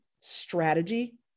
strategy